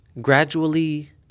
Gradually